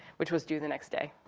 which was due the next day.